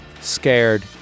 scared